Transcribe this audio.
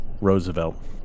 Roosevelt